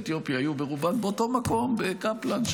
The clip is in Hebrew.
אתיופיה היו ברובן באותו מקום בקפלן,